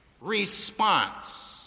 response